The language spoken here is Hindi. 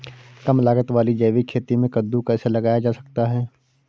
कम लागत वाली जैविक खेती में कद्दू कैसे लगाया जा सकता है?